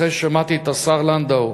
אחרי ששמעתי את דברי השר לנדאו